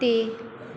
ਤੇ